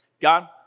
God